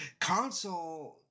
Console